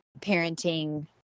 parenting